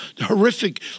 horrific